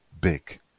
big